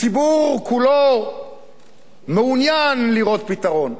הציבור כולו מעוניין לראות פתרון,